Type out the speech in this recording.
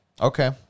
Okay